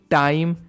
time